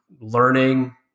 Learning